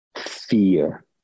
fear